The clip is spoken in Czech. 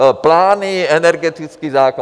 Plány, energetický zákon.